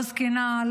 לא זקנה,